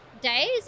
days